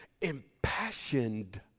impassioned